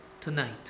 Tonight